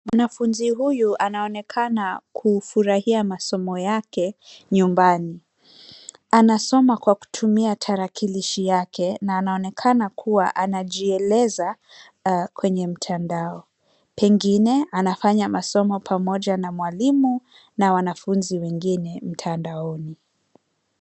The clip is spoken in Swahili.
Mwanafunzi huyu anaonekana kufurahia masomo yake nyumbani. Anasoma kwa kutumia tarakilishi yake, na anaonekana kuwa anajieleza kwenye mtandao. Pengine anafanya masomo pamoja na mwalimu na wanafunzi wengine mtandaoni.